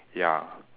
ya